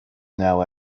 now